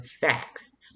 facts